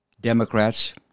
Democrats